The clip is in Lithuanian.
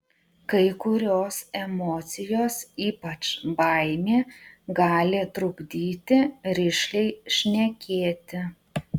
kai kurios emocijos ypač baimė gali trukdyti rišliai šnekėti